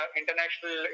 international